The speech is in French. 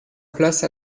place